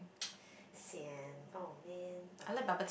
sian oh man okay